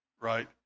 right